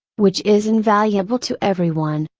which is invaluable to everyone.